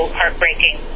heartbreaking